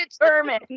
determined